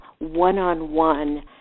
one-on-one